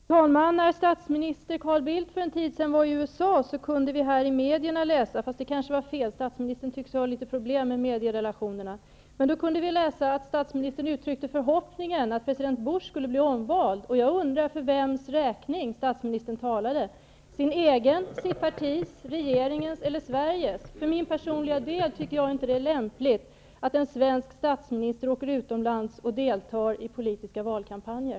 Fru talman! När statsminister Carl Bildt för en tid sedan var i USA kunde vi i medierna läsa -- men det kanske var fel, eftersom statsministern tycks ha litet problem med medierelationerna -- att statsministern uttryckte förhoppningen att president Bush skulle bli omvald. Jag undrar för vems räkning statsministern talade -- sin egen, sitt partis, regeringens eller Sveriges. För min personliga del tycker jag att det inte är lämpligt att en svensk statsminister åker utomlands och deltar i politiska valkampanjer.